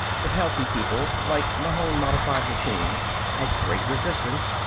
but healthy people like mahon-modified machines had great resistance.